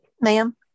Ma'am